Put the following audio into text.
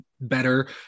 better